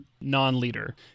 non-leader